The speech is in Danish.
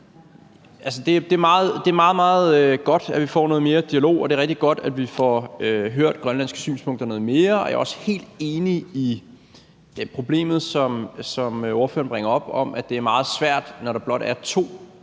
meget, meget godt, at vi får noget mere dialog, og det er rigtig godt, at vi får hørt grønlandske synspunkter noget mere. Jeg er også helt enig i forhold til problemet, som ordføreren bringer op, med, at det er meget svært, når der blot er to